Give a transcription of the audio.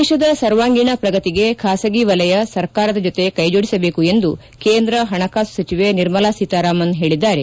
ದೇಶದ ಸರ್ವಾಂಗೀಣ ಪ್ರಗತಿಗೆ ಖಾಸಗಿ ವಲಯ ಸರ್ಕಾರದ ಜೊತೆ ಕ್ಷೆಜೋಡಿಸಬೇಕು ಎಂದು ಕೇಂದ್ರ ಹಣಕಾಸು ಸಚಿವೆ ನಿರ್ಮಲಾ ಸೀತಾರಾಮನ್ ಹೇಳಿದ್ದಾರೆ